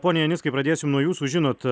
pone janickai pradėsim nuo jūsų žinot